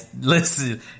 listen